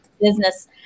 business